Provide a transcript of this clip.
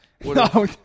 No